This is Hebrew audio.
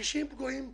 מרגישים פגועים.